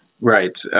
Right